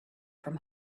from